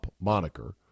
moniker